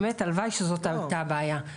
באמת הלוואי שזאת הייתה הבעיה.